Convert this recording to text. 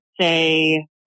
say